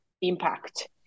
impact